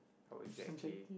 how's Jackie